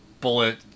bullet